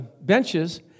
benches